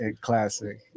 Classic